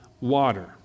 water